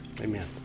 Amen